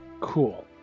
Cool